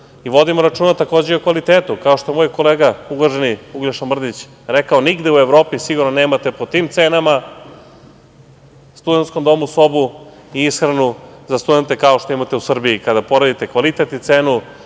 i vodimo računa, takođe, i o kvalitetu.I, kao što moj kolega uvaženi Uglješa Mrdić rekao, nigde u Evropi sigurno nemate po tim cenama u studentskom domu sobu i ishranu za studente kao što imate u Srbiji. Kada poredite kvalitete i cenu,